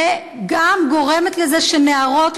וגם גורמת לזה שנערות,